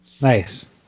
nice